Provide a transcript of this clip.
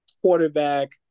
quarterback